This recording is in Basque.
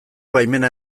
baimena